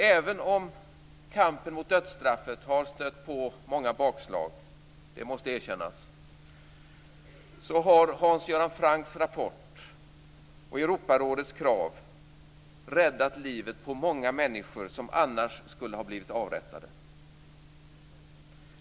Även om kampen mot dödsstraffet har stött på många bakslag - det måste erkännas - har Hans Göran Francks rapport och Europarådets krav räddat livet på många människor som annars skulle ha blivit avrättade.